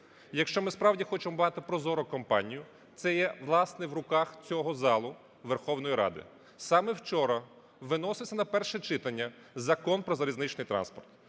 якщо ми справді хочемобагатопрозору компанію, це є, власне, в руках цього залу Верховної Ради. Саме вчора виносився на перше читання Закон про залізничний транспорт.